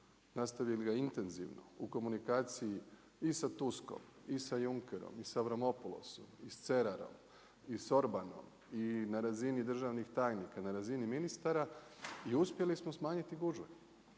Nastavili ga intenzivno u komunikaciji i sa Tooskom i sa Junckerom i sa Avramopoulosom i sa Cerarom i sa Orbanom i na razini državnih tajnika, na razini ministara i uspjeli smo smanjiti gužve.